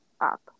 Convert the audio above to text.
up